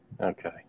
okay